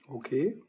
Okay